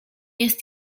jest